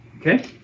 Okay